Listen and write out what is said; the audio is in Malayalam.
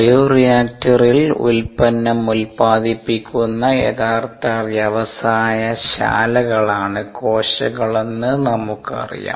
ബയോറിയാക്ടറിൽ ഉൽപന്നം ഉൽപാദിപ്പിക്കുന്ന യഥാർത്ഥ വ്യവസായ ശാലകളാണ് കോശങ്ങളെന്ന് നമുക്ക് അറിയാം